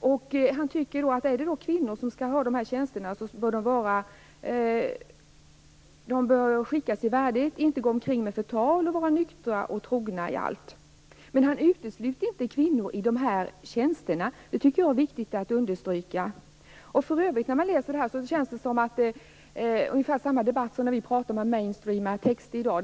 och han tycker att om kvinnor skall ha de här tjänsterna bör de skicka sig värdigt, inte gå omkring med förtal och vara nyktra och trogna i allt. Men han utesluter inte kvinnor i de här tjänsterna - det är viktigt att understryka. När man för övrigt läser detta känns det som om det är ungefär samma debatt som när vi talade om main streaming i texter i dag.